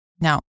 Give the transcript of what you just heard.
Now